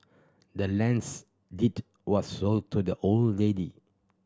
the land's deed was sold to the old lady